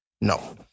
No